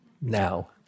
now